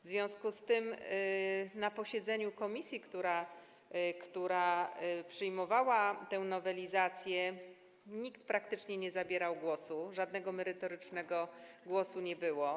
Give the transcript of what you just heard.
W związku z tym na posiedzeniu komisji, która przyjmowała tę nowelizację, praktycznie nikt nie zabierał głosu, żadnego merytorycznego głosu nie było.